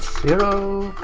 zero